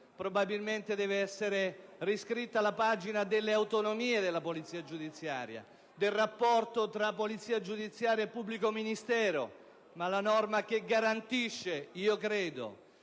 probabilmente deve essere riscritta la pagina delle autonomie della polizia giudiziaria, del rapporto tra polizia giudiziaria e pubblico ministero, ma la norma che prevede - credo